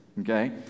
Okay